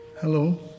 Hello